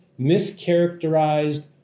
mischaracterized